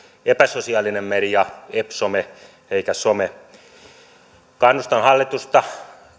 epäsosiaalinen media epsome eikä some kannustan hallitusta